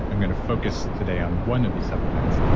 i'm going to focus today on one of these seven kinds.